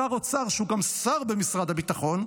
שר אוצר שהוא גם שר במשרד הביטחון,